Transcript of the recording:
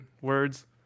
words